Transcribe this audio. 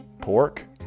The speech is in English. pork